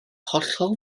hollol